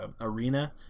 arena